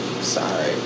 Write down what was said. Sorry